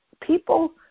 people